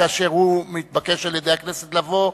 כאשר הוא מתבקש על-ידי הכנסת לבוא,